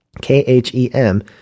K-H-E-M